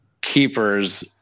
keepers